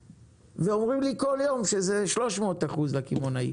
ואומרים לי כל יום שזה 300 אחוז לקמעונאי,